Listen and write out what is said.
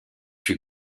fut